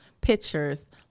pictures